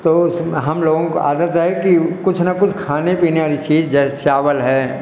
तो हम लोगों की आदत है कि कुछ न कुछ खाने पीने वाली चीज़ जैसे चावल हैं